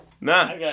Nah